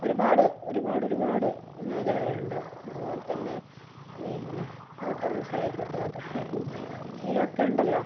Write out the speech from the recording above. ഒരുപാട് ഒരുപാടൊരുപാട് മേഖലകളുണ്ട് അതുപോലെ തന്നെ പിന്നെ ഓട്ട മത്സരായിക്കോട്ടെ അതൊക്കെ ഇതിലൊക്കെ ഉണ്ടല്ലോ